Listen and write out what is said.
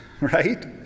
right